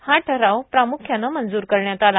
हा ठराव प्राम्ख्यानं मंजूर करण्यात आला